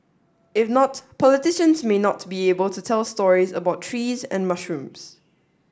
if not politicians may not be able to tell stories about trees and mushrooms